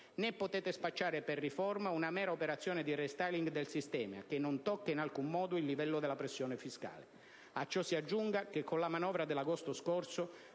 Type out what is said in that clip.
né potete spacciare per riforma una mera operazione di *restyling* del sistema che non tocca in alcun modo il livello della pressione fiscale. A ciò si aggiunga che con la manovra dell'agosto scorso